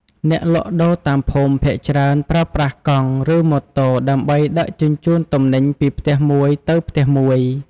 អ្នកលក់ដូរតាមភូមិភាគច្រើនប្រើប្រាស់កង់ ឬម៉ូតូដើម្បីដឹកជញ្ជូនទំនិញពីផ្ទះមួយទៅផ្ទះមួយ។